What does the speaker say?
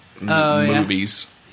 movies